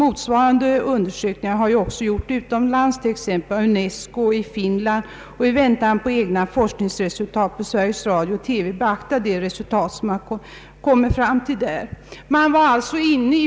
Motsvarande undersökningar har gjorts utomlands t.ex. av UNESCO och i Finland. I väntan på egna forskningsresultat bör Sveriges Radio beakta dessa undersökningsresultat.